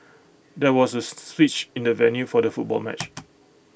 there was A switch in the venue for the football match